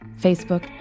Facebook